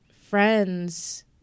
friends